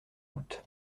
août